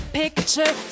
picture